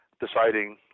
deciding